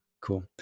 cool